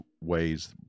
ways